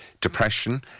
depression